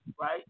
right